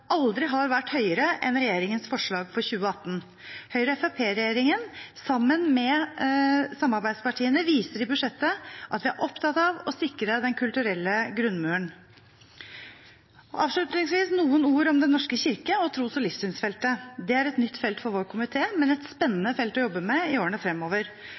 aldri har vært høyere enn i regjeringens forslag for 2018. Høyre–Fremskrittsparti-regjeringen, sammen med samarbeidspartiene, viser i budsjettet at vi er opptatt av å sikre den kulturelle grunnmuren. Avslutningsvis noen ord om Den norske kirke og tros- og livssynsfeltet: Det er et nytt felt for vår komité, men et spennende felt å jobbe med i årene fremover.